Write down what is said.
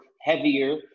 heavier